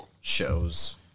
shows